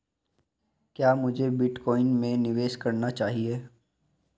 क्या मुझे बिटकॉइन में निवेश करना चाहिए?